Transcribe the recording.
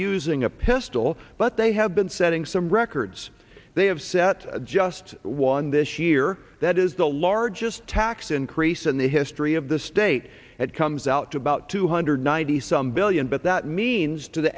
using a pistol but they have been setting some records they have set just one this year that is the largest tax increase in the history of the state it comes out to about two hundred ninety some billion but that means to the